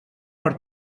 per